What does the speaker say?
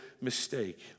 mistake